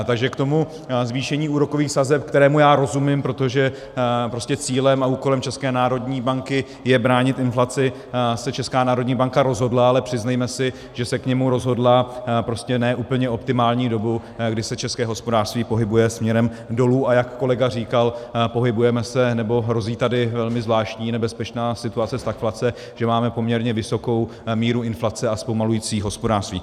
Takže k tomu zvýšení úrokových sazeb, kterému já rozumím, protože prostě cílem a úkolem České národní banky je bránit inflaci, se Česká národní banka rozhodla, ale přiznejme si, že se k němu rozhodla v prostě ne úplně optimální dobu, kdy se české hospodářství pohybuje směrem dolů, a jak kolega říkal, pohybujeme se, nebo hrozí tady velmi zvláštní nebezpečná situace stagflace, že máme poměrně vysokou míru inflace a zpomalující hospodářství.